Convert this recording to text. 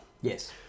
Yes